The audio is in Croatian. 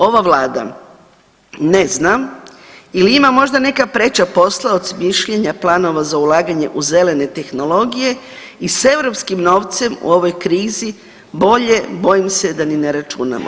Ova Vlada ne zna ili ima možda neka preča posla od smišljanja planova za ulaganje u zelene tehnologije i s europskih novcem u ovoj krizi bolje, bojim se da ni ne računamo.